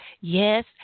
yes